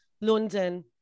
london